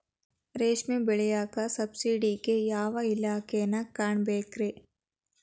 ರೇಷ್ಮಿ ಬೆಳಿಯಾಕ ಸಬ್ಸಿಡಿಗೆ ಯಾವ ಇಲಾಖೆನ ಕಾಣಬೇಕ್ರೇ?